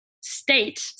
state